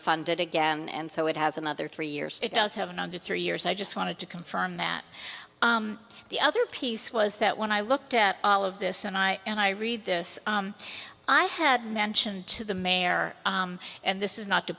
funded again and so it has another three years it does have an under three years i just wanted to confirm that the other piece was that when i looked at all of this and i and i read this i had mentioned to the mayor and this is not to